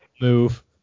Move